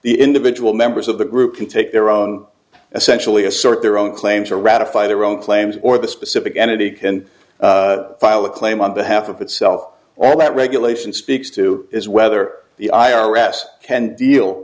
the individual members of the group can take their own essentially assert their own claims or ratify their own claims or the specific entity can file a claim on behalf of itself or that regulation speaks to is whether the i r s can deal